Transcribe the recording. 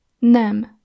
Nem